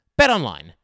BetOnline